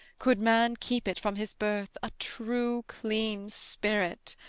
could man keep it from his birth, a true clean spirit.